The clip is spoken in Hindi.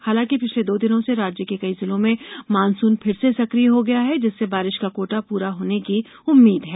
हालांकि पिछले दो दिनों से राज्य के कई जिलों में मानसून फिर से सकिय हो गया है जिससे बारिश का कोटा पूरा होने की उम्मीद है